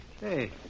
Hey